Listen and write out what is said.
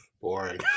Boring